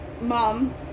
mom